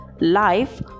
life